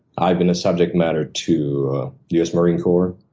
i've been a subject matter to us marine corps,